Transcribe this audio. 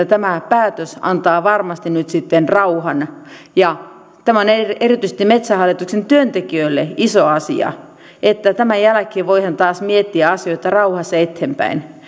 tämä päätös antaa varmasti nyt sitten rauhan ja tämä on erityisesti metsähallituksen työntekijöille iso asia että tämän jälkeen voidaan taas miettiä asioita rauhassa eteenpäin